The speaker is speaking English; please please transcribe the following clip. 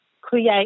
create